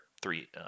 three